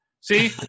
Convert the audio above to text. See